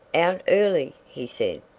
out early, he said,